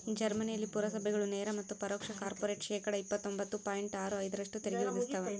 ಜರ್ಮನಿಯಲ್ಲಿ ಪುರಸಭೆಗಳು ನೇರ ಮತ್ತು ಪರೋಕ್ಷ ಕಾರ್ಪೊರೇಟ್ ಶೇಕಡಾ ಇಪ್ಪತ್ತೊಂಬತ್ತು ಪಾಯಿಂಟ್ ಆರು ಐದರಷ್ಟು ತೆರಿಗೆ ವಿಧಿಸ್ತವ